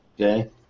Okay